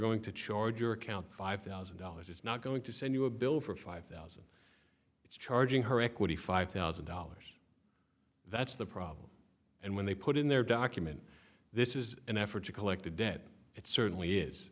going to charge your account five thousand dollars it's not going to send you a bill for five thousand it's charging her equity five thousand dollars that's the problem and when they put in their document this is an effort to collect a debt it certainly is